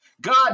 God